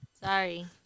sorry